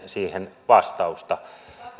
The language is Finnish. siihen vastausta